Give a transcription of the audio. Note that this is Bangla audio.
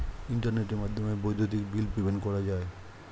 ইন্টারনেটের মাধ্যমে বৈদ্যুতিক বিল পেমেন্ট করা যায়